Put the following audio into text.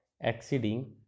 exceeding